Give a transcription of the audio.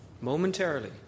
momentarily